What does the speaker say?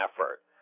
effort